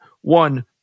One